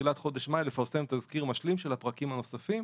בתחילת חודש מאי לפרסם תזכיר משלים של הפרקים הנוספים,